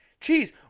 Jeez